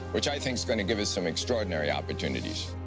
which i think is going to give us some extraordinary opportunities.